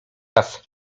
raz